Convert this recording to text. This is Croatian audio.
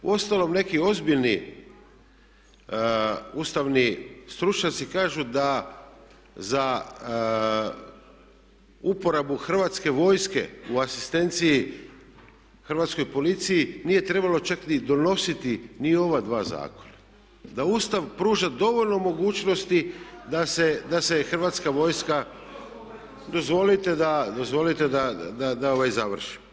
Uostalom neki ozbiljni ustavni stručnjaci kažu da za uporabu Hrvatske vojske u asistenciji hrvatskoj policiji nije trebalo čak ni donositi ni ova dva zakona, da Ustav pruža dovoljno mogućnosti da se Hrvatska vojska, …… [[Upadica sa strane, ne razumije se.]] Dozvolite da završim.